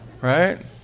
Right